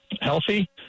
healthy